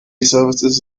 services